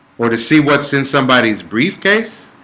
or to see what's in somebody's briefcase